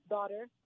daughter